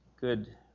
Good